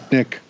Nick